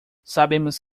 sabemos